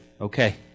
okay